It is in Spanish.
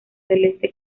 celeste